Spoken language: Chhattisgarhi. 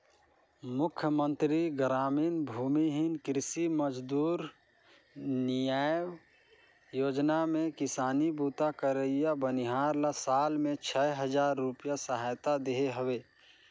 मुख्यमंतरी गरामीन भूमिहीन कृषि मजदूर नियाव योजना में किसानी बूता करइया बनिहार ल साल में छै हजार रूपिया सहायता देहे हवे